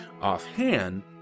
offhand